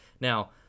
Now